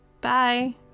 Bye